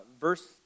verse